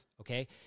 okay